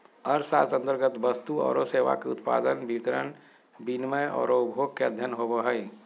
अर्थशास्त्र अन्तर्गत वस्तु औरो सेवा के उत्पादन, वितरण, विनिमय औरो उपभोग के अध्ययन होवो हइ